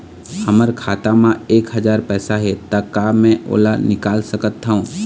हमर खाता मा एक हजार पैसा हे ता का मैं ओला निकाल सकथव?